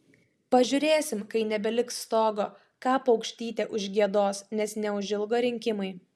pažiūrėsim kai nebeliks stogo ką paukštytė užgiedos nes neužilgo rinkimai